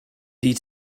die